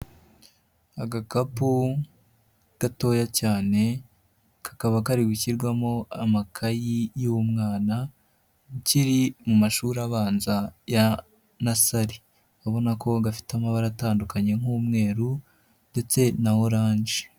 Agakapu gatoya cyane, kakaba kari gushyirwamo amakayi y'umwana, ukiri mu mashuri abanza ya nasari. Urabona ko gafite amabara atandukanye nk'umweru ndetse na oranje.